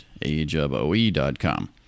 ageofoe.com